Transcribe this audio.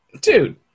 Dude